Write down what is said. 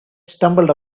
stumbled